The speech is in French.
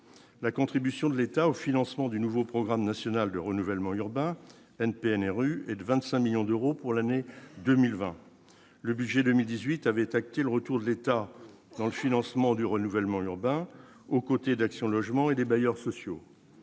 la contribution de l'État au financement du nouveau programme national de renouvellement urbain NPNRU et de 25 millions d'euros pour l'année 2020, le budget 2018 avait acté le retour de l'État dans le financement du renouvellement urbain aux côtés d'Action Logement et des bailleurs sociaux,